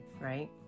right